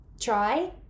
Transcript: try